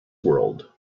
world